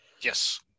Yes